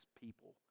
people